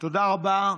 תודה רבה.